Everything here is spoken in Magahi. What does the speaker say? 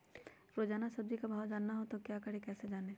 रोजाना सब्जी का भाव जानना हो तो क्या करें कैसे जाने?